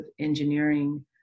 engineering